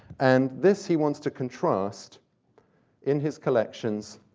and this he wants to contrast in his collections,